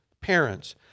parents